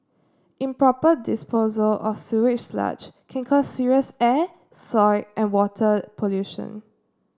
improper disposal of sewage sludge can cause serious air soil and water pollution